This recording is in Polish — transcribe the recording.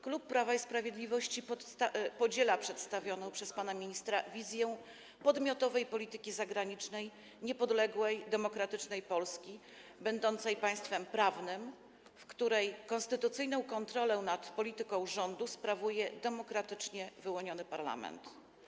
Klub Prawa i Sprawiedliwości podziela przedstawioną przez pana ministra wizję podmiotowej polityki zagranicznej niepodległej, demokratycznej Polski, będącej państwem prawnym, w której konstytucyjną kontrolę nad polityką rządu sprawuje demokratycznie wyłoniony parlament.